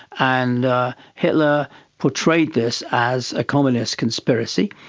and hitler portrayed this as a communist conspiracy,